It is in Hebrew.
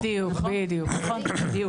בדיוק, בדיוק, נכון.